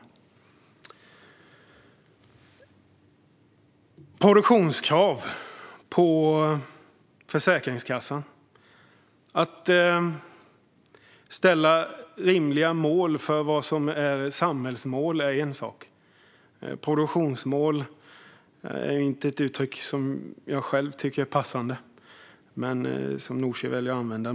Nooshi Dadgostar talar om produktionskrav på Försäkringskassan. Att sätta upp rimliga samhällsmål är en sak. Produktionsmål är inte ett uttryck som jag själv tycker är passande men som Nooshi väljer att använda.